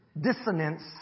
dissonance